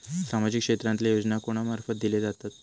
सामाजिक क्षेत्रांतले योजना कोणा मार्फत दिले जातत?